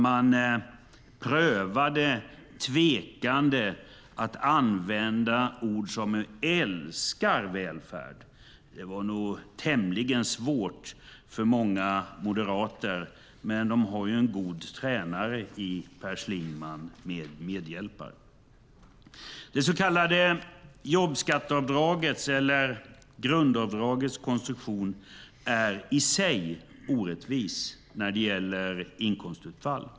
Man prövade tvekande att använda ord som: Vi älskar välfärd. Det var nog tämligen svårt för många moderater, men de har ju en god tränare i Per Schlingmann med medhjälpare. Det så kallade jobbskatteavdragets, eller grundavdragets, konstruktion är i sig orättvis när det gäller inkomstutfall.